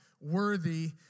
worthy